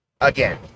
Again